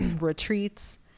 retreats